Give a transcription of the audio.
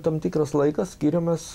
tam tikras laikas skiriamas